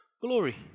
Glory